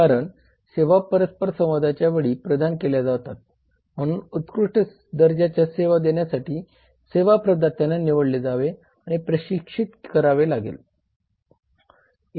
कारण सेवा परस्परसंवादाच्या वेळी प्रदान केल्या जातात म्हणून उत्कृष्ट दर्जा सेवा देण्यासाठी सेवा प्रदात्यांना निवडले जावे आणि प्रशिक्षित करावे लागेल